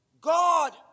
God